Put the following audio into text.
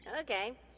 Okay